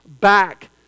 back